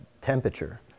temperature